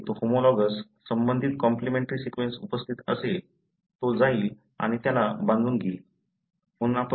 म्हणून जिथे तो होमोलॉगस संबंधित कॉम्लिमेन्ट्री सीक्वेन्स उपस्थित असेल तो जाईल आणि त्याला बांधून घेईल